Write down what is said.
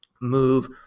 move